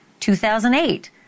2008